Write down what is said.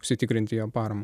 užsitikrinti jam paramą